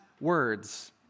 words